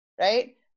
right